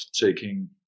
taking